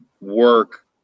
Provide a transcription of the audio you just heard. work